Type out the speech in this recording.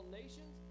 nations